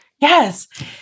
Yes